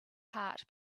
heart